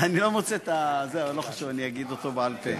לא מוצא, אבל לא חשוב, אני אגיד אותו בעל-פה.